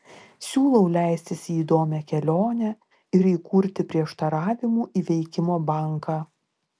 siūlau leistis į įdomią kelionę ir įkurti prieštaravimų įveikimo banką